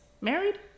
Married